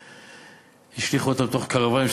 השליכו אותם לתוך קרוונים,